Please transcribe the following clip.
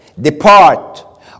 depart